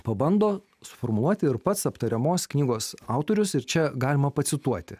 pabando suformuluoti ir pats aptariamos knygos autorius ir čia galima pacituoti